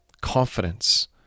confidence